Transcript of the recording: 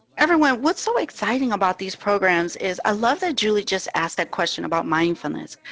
everyone, what's so exciting about these programs is. i love the julie just asked that question about mindfulness,